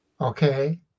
okay